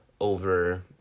over